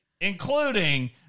including